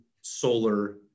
solar